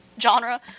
genre